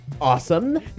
Awesome